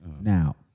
Now